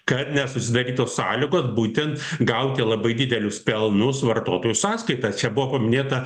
kad nesusidaryt tos sąlygos būtent gauti labai didelius pelnus vartotojų sąskaita čia buvo paminėta